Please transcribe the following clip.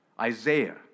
Isaiah